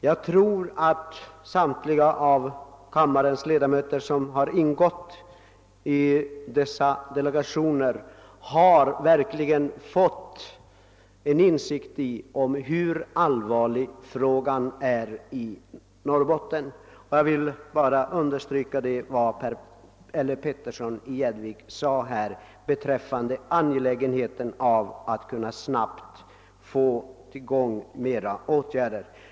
Jag tror att samtliga kammarledamöter som ingått i dessa delegationer verkligen fått insikt om hur allvarligt läget är i Norrbotten. Jag understryker vad herr Petersson i Gäddvik sade beträffande angelägenheten av att snabbt få till stånd ytterligare åtgärder.